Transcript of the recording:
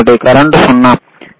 current 0